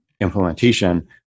implementation